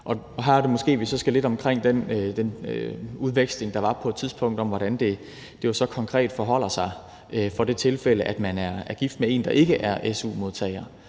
Her er det, vi måske så skal lidt omkring den udveksling, der var på et tidspunkt, om, hvordan det så konkret forholder sig i det tilfælde, hvor man er gift med en, der ikke er su-modtager.